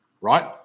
right